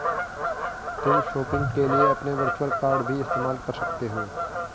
तुम शॉपिंग के लिए अपने वर्चुअल कॉर्ड भी इस्तेमाल कर सकते हो